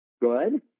Good